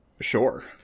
sure